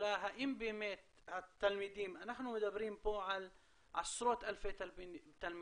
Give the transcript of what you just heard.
השאלה האם באמת התלמידים אנחנו מדברים פה על עשרות אלפי תלמידים,